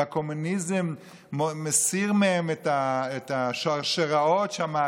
ושהקומוניזם מסיר מהם את השרשראות והכבלים